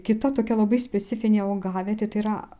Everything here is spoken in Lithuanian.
kita tokia labai specifinė augavietė tai yra